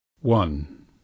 one